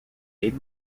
aid